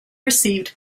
received